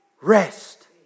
Rest